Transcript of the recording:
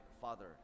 father